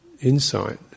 insight